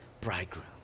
bridegroom